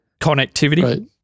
connectivity